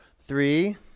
Three